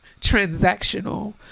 transactional